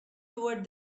toward